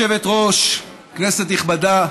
גברתי היושבת-ראש, כנסת נכבדה,